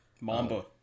Mamba